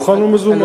מוכן ומזומן.